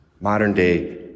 modern-day